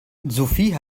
sophie